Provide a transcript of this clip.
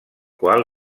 qual